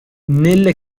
nelle